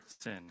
sin